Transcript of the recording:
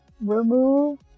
Remove